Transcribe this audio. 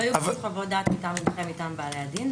יוגשו חוות דעת מטעם המומחה מטעם בעלי הדין,